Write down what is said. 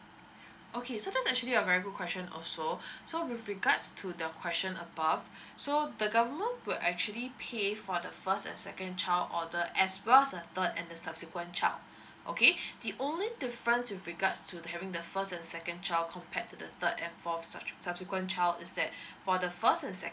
okay so that's actually a very good question also so with regards to the question above so the government will actually pay for the first and second child order as well as the third and subsequent child okay the only different with regards to the having the first and second child compared to the third and fourth sub~ subsequent child is that for the first and second